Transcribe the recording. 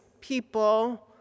people